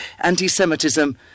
anti-Semitism